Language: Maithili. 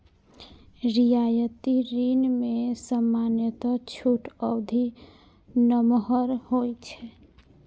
रियायती ऋण मे सामान्यतः छूट अवधि नमहर होइ छै